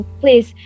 please